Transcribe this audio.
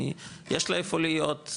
יש לה איפה להיות,